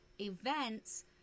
events